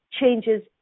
changes